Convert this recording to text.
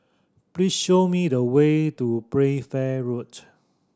please show me the way to Playfair Road